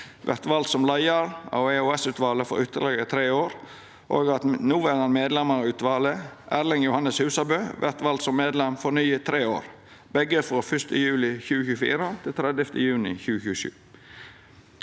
vert vald som leiar av EOS-utvalet for ytterlegare tre år, og at noverande medlem av utvalet, Erling Johannes Husabø, vert vald som medlem for nye tre år, begge frå 1. juli 2024 til 30. juni 2027.